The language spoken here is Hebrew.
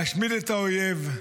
להשמיד את האויב,